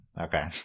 Okay